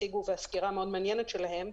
והמידע הציגו בסקירה המאוד מעניינת שלהם,